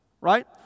right